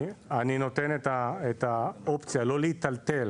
אני נותן את האופציה לא להיטלטל